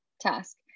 task